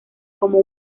como